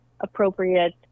appropriate